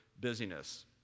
busyness